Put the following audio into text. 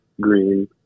green